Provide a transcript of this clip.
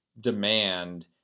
demand